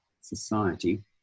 society